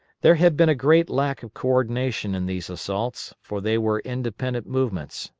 there had been a great lack of co-ordination in these assaults, for they were independent movements,